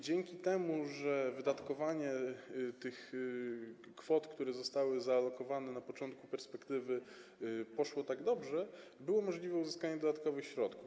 Dzięki temu, że wydatkowanie tych kwot, które zostały zalokowane na początku perspektywy, poszło tak dobrze, możliwe było uzyskanie dodatkowych środków.